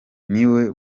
niwe